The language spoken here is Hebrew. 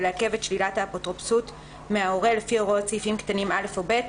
לעכב את שלילת האפוטרופסות מההורה לפי הוראות סעיף קטן (א) או (ב),